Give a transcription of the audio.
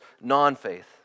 non-faith